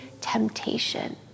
temptation